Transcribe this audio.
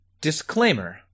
Disclaimer